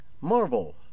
Marvel